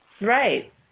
right